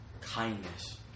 kindness